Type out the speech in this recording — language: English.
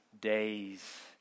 days